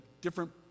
different